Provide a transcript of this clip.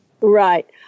Right